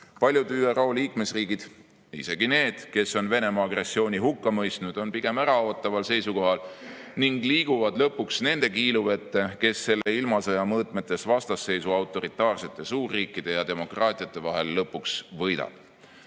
Paljud ÜRO liikmesriigid – isegi need, kes on Venemaa agressiooni hukka mõistnud – on pigem äraootaval seisukohal ning liiguvad lõpuks nende kiiluvette, kes selle ilmasõja mõõtmetes vastasseisu autoritaarsete suurriikide ja demokraatlike riikide vahel lõpuks võidab. Head